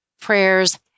Prayers